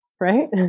Right